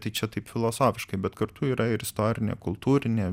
tai čia taip filosofiškai bet kartu yra ir istorinė kultūrinė